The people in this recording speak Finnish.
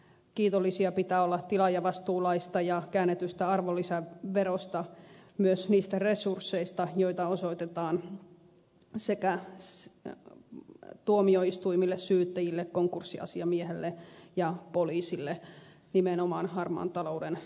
kiitollisia pitää olla tilaajavastuulaista ja käännetystä arvonlisäverosta myös niistä resursseista joita osoitetaan sekä tuomioistuimille syyttäjille konkurssiasiamiehelle että poliisille nimenomaan harmaan talouden tai rikollisuuden torjuntaan